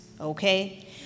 okay